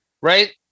right